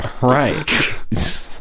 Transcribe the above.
Right